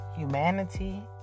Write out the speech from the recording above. humanity